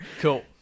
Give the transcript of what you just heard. cool